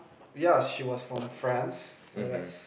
yeah she was from France so that's